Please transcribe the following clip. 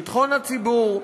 ביטחון הציבור,